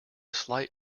slight